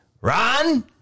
Ron